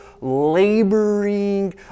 laboring